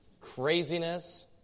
craziness